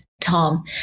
Tom